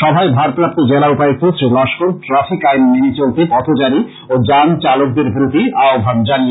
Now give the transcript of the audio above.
সভায় ভারপ্রাপ্ত জেলা উপায়ুক্ত শ্রী লস্কর ট্রাফিক আইন মেনে চলতে পথচারী ও যান চালকদের প্রতি আহ্বান জানিয়েছেন